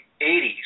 80s